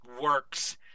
works